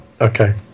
Okay